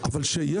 מה אתה מיתמם?